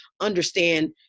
understand